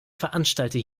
veranstalte